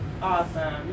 awesome